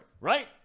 Right